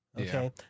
Okay